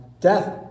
Death